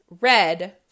Red